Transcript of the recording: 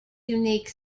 unique